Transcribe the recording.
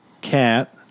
cat